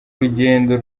rugendo